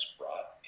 brought